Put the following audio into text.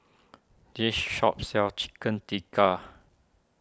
this shop sells Chicken Tikka